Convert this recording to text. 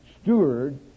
steward